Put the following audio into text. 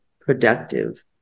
productive